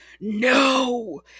no